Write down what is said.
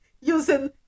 using